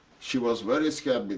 she was very scared,